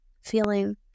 feeling